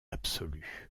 absolue